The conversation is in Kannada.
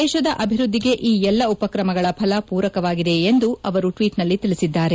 ದೇಶದ ಅಭಿವ್ವದ್ದಿಗೆ ಈ ಎಲ್ಲಾ ಉಪಕ್ರಮಗಳ ಫೆಲ ಪೂರಕವಾಗಿವೆ ಎಂದು ಅವರು ಟ್ವೀಟ್ನಲ್ಲಿ ತಿಳಿಸಿದ್ದಾರೆ